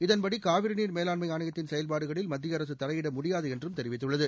இதன்படி காவிரிநீர் மேலாண்மை ஆணையத்தின் செயல்பாடுகளில் மத்திய அரசு தலையிட முடியாது என்றும் தெரிவித்துள்ளது